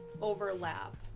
overlap